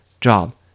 job